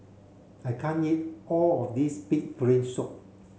I can't eat all of this pig brain soup